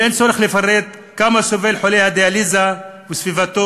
ואין צורך לפרט כמה סובלים חולה הדיאליזה וסביבתו,